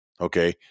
okay